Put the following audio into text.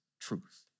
truth